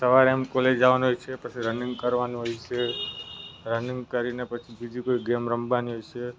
સવારે એમ કોલેજ જવાનું હોય છે પછી રનિંગ કરવાનું હોય છે રનિંગ કરીને પછી બીજી કોઈ ગેમ રમવાની હોય છે